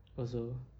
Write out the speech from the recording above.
also